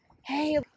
hey